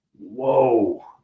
whoa